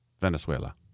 Venezuela